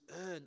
earn